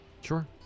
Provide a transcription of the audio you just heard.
Sure